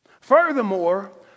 Furthermore